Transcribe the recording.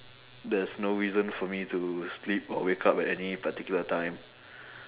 there's no reason for me to sleep or wake up at any particular time